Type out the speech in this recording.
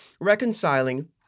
reconciling